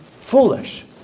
foolish